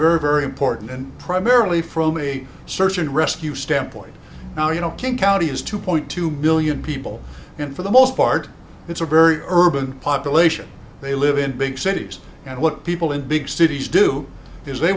very very important and primarily from a search and rescue standpoint now you know king county has two point two million people in for the most part it's a very urban population they live in big cities and what people in big cities do is they